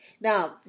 Now